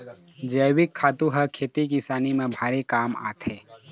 जइविक खातू ह खेती किसानी म भारी काम आथे